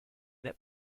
that